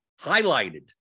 Highlighted